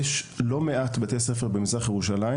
משום שיש לא מעט בתי ספר במזרח ירושלים